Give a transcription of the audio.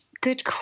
good